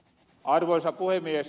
arvoisa puhemies